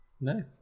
No